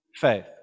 faith